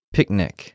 Picnic